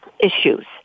issues